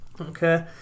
Okay